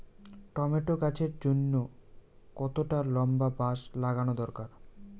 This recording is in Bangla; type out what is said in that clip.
টমেটো গাছের জন্যে কতটা লম্বা বাস লাগানো দরকার?